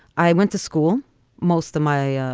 i went to school most of my, ah